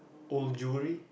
oh jewelry